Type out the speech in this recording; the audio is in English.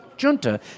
Junta